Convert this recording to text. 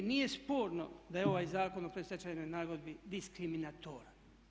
I nije sporno da je ovaj Zakon o predstečajnoj nagodbi diskriminatoran.